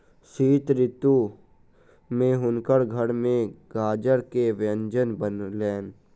शीत ऋतू में हुनकर घर में गाजर के व्यंजन बनलैन